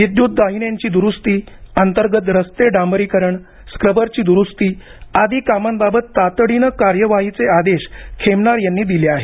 विद्युत दाहिन्यांची द्रुस्ती अंतर्गत रस्ते डांबरीकरण स्क्रबरची द्रुस्ती आदी कामांबाबत तातडीनं कार्यवाहीचे आदेश खेमनार यांनी दिले आहेत